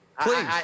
Please